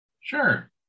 Sure